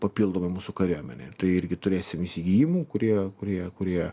papildomai mūsų kariuomenėj tai irgi turėsim įsigijimų kurie kurie kurie